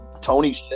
Tony